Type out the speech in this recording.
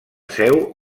seu